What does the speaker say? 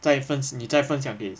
再分你再分享给